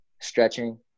stretching